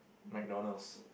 McDonald's